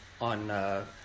on